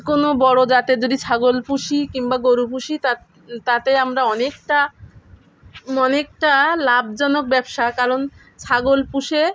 কোনো বড়ো জাতের যদি ছাগল পুষি কিংবা গরু পুষি তা তাতে আমরা অনেকটা অনেকটা লাভজনক ব্যবসা কারণ ছাগল পুষে